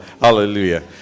Hallelujah